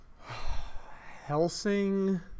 Helsing